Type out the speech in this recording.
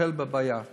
לטפל בבעיה הכאובה.